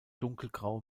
dunkelgrau